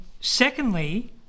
secondly